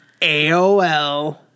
AOL